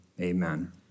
amen